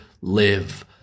live